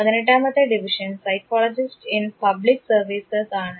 പതിനെട്ടാമത്തെ division psychologist in public service ആണ്